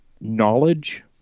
knowledge